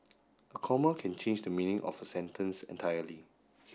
a comma can change the meaning of a sentence entirely